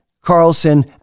Carlson